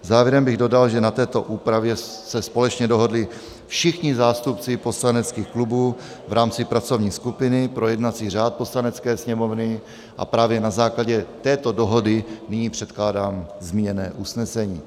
Závěrem bych dodal, že na této úpravě se společně dohodli všichni zástupci poslaneckých klubů v rámci pracovní skupiny pro jednací řád Poslanecké sněmovny a právě na základě této dohody nyní předkládám zmíněné usnesení.